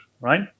right